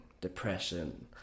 depression